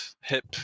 hip